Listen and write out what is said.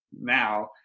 now